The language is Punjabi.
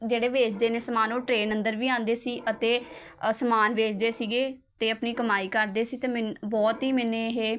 ਜਿਹੜੇ ਵੇਚਦੇ ਨੇ ਸਮਾਨ ਉਹ ਟਰੇਨ ਅੰਦਰ ਵੀ ਆਉਂਦੇ ਸੀ ਅਤੇ ਅ ਸਮਾਨ ਵੇਚਦੇ ਸੀਗੇ ਅਤੇ ਆਪਣੀ ਕਮਾਈ ਕਰਦੇ ਸੀ ਅਤੇ ਮੈਨ ਬਹੁਤ ਹੀ ਮੈਨੇ ਇਹ